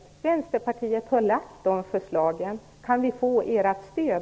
Vi i Vänsterpartiet har ju lagt fram förslag. Kan vi få ert stöd?